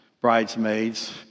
bridesmaids